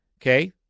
Okay